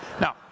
Now